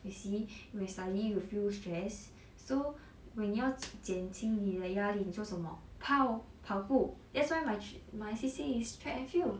you see when you study you feel stress so when 你要减轻你的压力你做什么跑跑步 that's why my my C_C_A is track and field